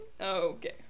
Okay